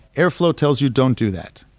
airflow tells you, don't do that.